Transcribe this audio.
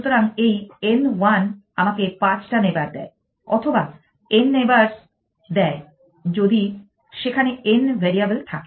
সুতরাং এই n 1 আমাকে 5 টা নেইবার দেয় অথবা n নেইবারস দেয় যদি সেখানে n ভ্যারিয়েবল থাকে